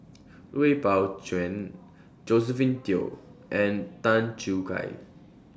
Wei Pao Chuen Josephine Teo and Tan Choo Kai